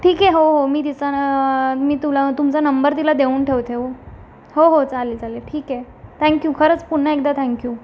ठीक आहे हो हो मी तिचा न मी तुला तुमचा नंबर तिला देऊन ठेवते हो हो चालेल चालेल ठीक आहे थँक्यू खरंच पुन्हा एकदा थँक्यू